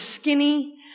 skinny